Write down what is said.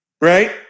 Right